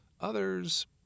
Others